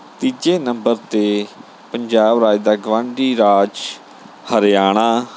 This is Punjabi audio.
ਤੀਜੇ ਨੰਬਰ 'ਤੇ ਪੰਜਾਬ ਰਾਜ ਦਾ ਗਵਾਂਢੀ ਰਾਜ ਹਰਿਆਣਾ